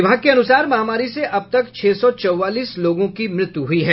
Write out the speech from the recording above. विभाग के अनुसार महामारी से अब तक छह सौ चौवालीस लोगों की मृत्यु हुई है